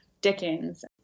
Dickens